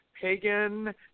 pagan